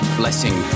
blessing